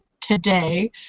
today